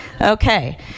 Okay